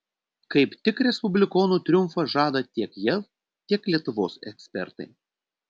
kaip tik respublikonų triumfą žada tiek jav tiek lietuvos ekspertai